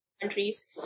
countries